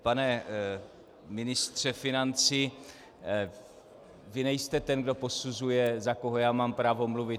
Pane ministře financí, vy nejste ten, kdo posuzuje, za koho mám právo mluvit.